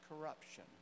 corruption